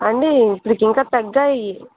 అండీ ఇప్పుడు ఇంకా తగ్గాయి